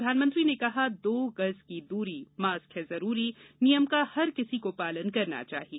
प्रधानमंत्री ने कहा कि दो गज की दूरी मास्क है जरूरी नियम का हर किसी को पालन करना चाहिए